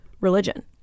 religion